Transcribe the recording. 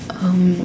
um